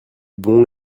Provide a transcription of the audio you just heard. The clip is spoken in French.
bons